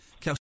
Kelsey